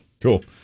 Cool